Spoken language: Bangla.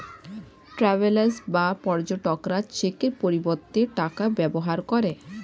ট্রাভেলার্স বা পর্যটকরা চেকের পরিবর্তে টাকার ব্যবহার করে